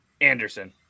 anderson